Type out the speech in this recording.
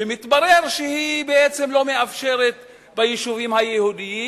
ומתברר שהיא לא מאפשרת ביישובים היהודיים,